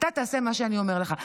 אתה תעשה מה שאני אומר לך.